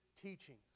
teachings